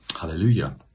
hallelujah